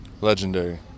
Legendary